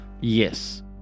Yes